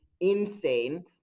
insane